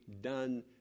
done